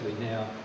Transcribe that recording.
now